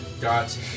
got